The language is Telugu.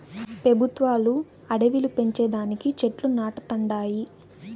పెబుత్వాలు అడివిలు పెంచే దానికి చెట్లు నాటతండాయి